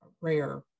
rare